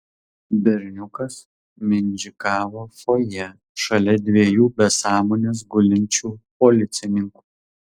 berniukas mindžikavo fojė šalia dviejų be sąmonės gulinčių policininkų